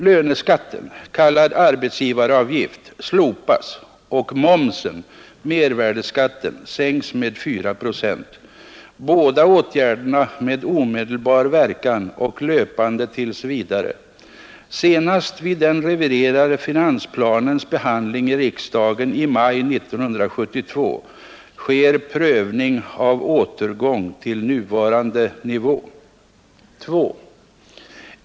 Löneskatten slopas och momsen sänks med 4 96; båda åtgärderna med omedelbar verkan och löpande tills vidare. Senast vid den reviderade finansplanens behandling i riksdagen i maj 1972 sker prövning av återgång till nuvarande nivå. 2.